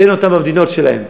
שאין במדינות שלהם,